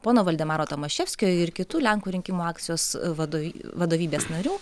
pono valdemaro tomaševskio ir kitų lenkų rinkimų akcijos vadovy vadovybės narių